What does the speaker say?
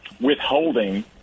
withholding